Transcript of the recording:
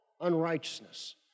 unrighteousness